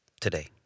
today